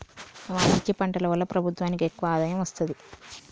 వాణిజ్య పంటల వల్ల ప్రభుత్వానికి ఎక్కువ ఆదాయం వస్తది